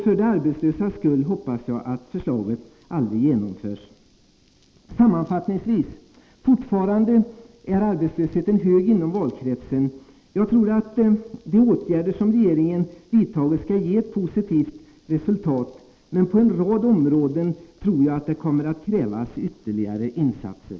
För de arbetslösas skull hoppas jag att förslaget aldrig genomförs. Sammanfattningsvis: Fortfarande är arbetslösheten hög inom valkretsen. Jag tror att de åtgärder som regeringen vidtagit skall ge ett positivt resultat, men på en rad områden tror jag att det kommer att krävas ytterligare insatser.